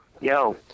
Yo